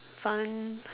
fun